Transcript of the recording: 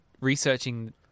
researching